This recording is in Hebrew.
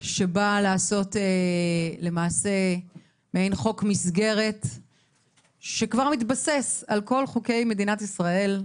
שבאה לעשות מעין חוק מסגרת שכבר מתבסס על כל חוקי מדינת ישראל,